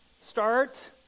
start